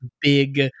big